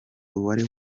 uwari